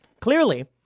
Clearly